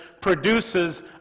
produces